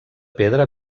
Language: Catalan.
pedra